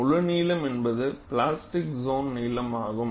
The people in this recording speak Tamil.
முழு நீளம் என்பது பிளாஸ்டிக் சோன் நீளம் ஆகும்